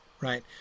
right